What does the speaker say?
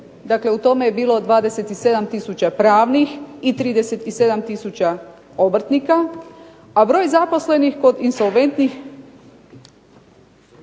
Dakle u tome je bilo 27 tisuća pravnih i 37 tisuća obrtnika, a broj zaposlenih kod insolventnih